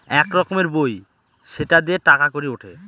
এক রকমের বই সেটা দিয়ে টাকা কড়ি উঠে